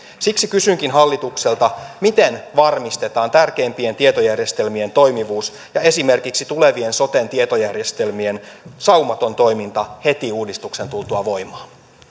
siksi kysynkin hallitukselta miten varmistetaan tärkeimpien tietojärjestelmien toimivuus ja esimerkiksi tulevien soten tietojärjestelmien saumaton toiminta heti uudistuksen tultua voimaan